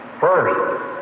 first